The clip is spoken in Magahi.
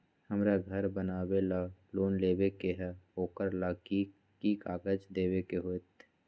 हमरा घर बनाबे ला लोन लेबे के है, ओकरा ला कि कि काग़ज देबे के होयत?